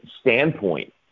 standpoint